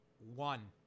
one